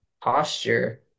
posture